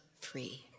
free